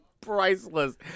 priceless